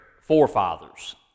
forefathers